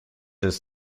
des